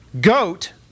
goat